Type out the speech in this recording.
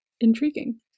Intriguing